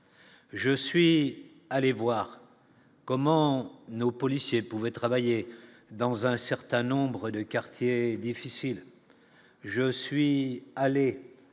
Je suis allé voir comment nos policiers pouvaient travailler dans un certain nombre de quartiers difficiles, je suis allé